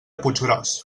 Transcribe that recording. puiggròs